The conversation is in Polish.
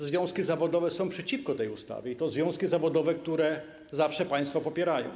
Związki zawodowe są przeciwko tej ustawie, i to związki zawodowe, które zawsze państwa popierają.